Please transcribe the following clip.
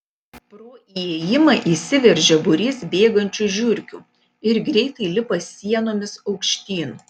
pro įėjimą įsiveržia būrys bėgančių žiurkių ir greitai lipa sienomis aukštyn